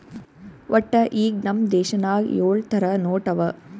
ವಟ್ಟ ಈಗ್ ನಮ್ ದೇಶನಾಗ್ ಯೊಳ್ ಥರ ನೋಟ್ ಅವಾ